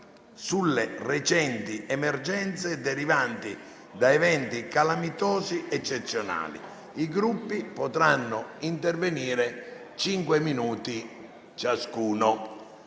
sulle recenti emergenze derivanti da eventi calamitosi eccezionali. I Gruppi potranno intervenire per cinque minuti ciascuno.